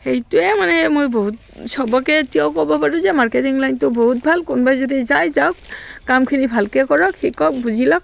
সেইটোৱে মানে মই বহুত চবকে এতিয়াও ক'ব পাৰোঁ যে মাৰ্কেটিং লাইনটো বহুত ভাল কোনোবাই যদি যায় যাওক কামখিনি ভালকৈ কৰক শিকক বুজি লওক